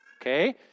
okay